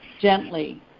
gently